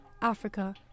Africa